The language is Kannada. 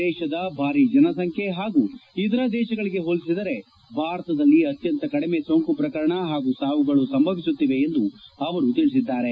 ದೇಶದ ಭಾರಿ ಜನಸಂಖ್ನೆ ಹಾಗೂ ಇತರ ದೇಶಗಳಿಗೆ ಹೋಲಿಸಿದರೆ ಭಾರತದಲ್ಲಿ ಅತ್ಯಂತ ಕಡಿಮೆ ಸೋಂಕು ಪ್ರಕರಣ ಹಾಗೂ ಸಾವುಗಳು ಸಂಭವಿಸುತ್ತಿವೆ ಎಂದು ಅವರು ಹೇಳಿದ್ದಾರೆ